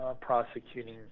prosecuting